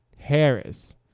Harris